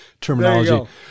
terminology